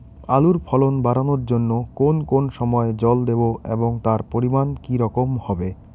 আলুর ফলন বাড়ানোর জন্য কোন কোন সময় জল দেব এবং তার পরিমান কি রকম হবে?